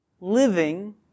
living